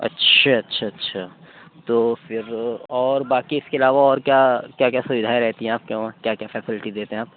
اچھا اچھا اچھا تو پھر اور باقی اِس کے علاوہ اور کیا کیا کیا سویدھائیں رہتی ہیں آپ کے وہاں کیا کیا فیسلٹی دیتے ہیں آپ